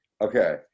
Okay